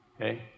Okay